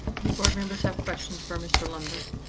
new board members have questions for mr lumberg.